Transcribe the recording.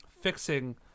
fixing